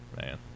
Man